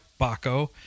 Baco